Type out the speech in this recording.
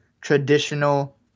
traditional